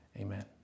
Amen